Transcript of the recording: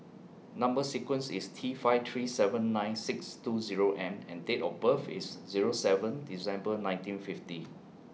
Number sequence IS T five three seven nine six two Zero M and Date of birth IS Zero seven December nineteen fifty